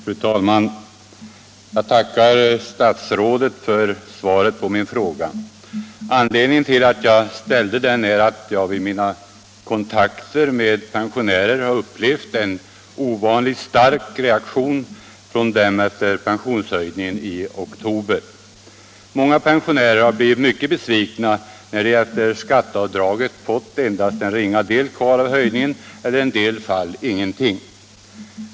Fru talman! Jag tackar statsrådet för svaret på min fråga. Anledningen till att jag ställde den är att jag vid mina kontakter med pensionärer har upplevt en ovanligt stark reaktion från dem efter pensionshöjningen i oktober. Många pensionärer har blivit mycket besvikna när de efter skatteavdraget fått endast en ringa del kvar av höjningen eller i en del fall ingenting.